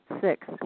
Six